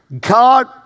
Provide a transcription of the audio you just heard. God